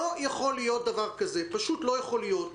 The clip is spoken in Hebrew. לא יכול להיות דבר כזה, פשוט לא יכול להיות.